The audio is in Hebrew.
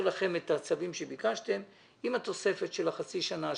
לכם את הצווים שביקשתם עם התוספת של החצי שנה.